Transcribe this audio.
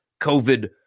COVID